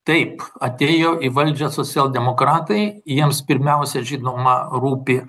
taip atėjo į valdžią socialdemokratai jiems pirmiausia žinoma rūpi